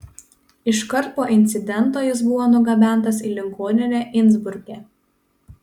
iškart po incidento jis buvo nugabentas į ligoninę insbruke